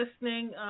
listening